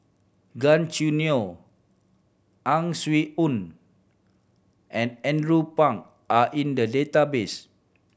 Gan Choo Neo Ang Swee Aun and Andrew Phang are in the database